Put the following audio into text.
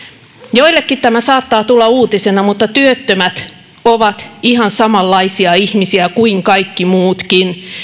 joillekin tämä saattaa tulla uutisena mutta työttömät ovat ihan samanlaisia ihmisiä kuin kaikki muutkin